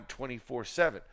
24-7